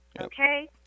Okay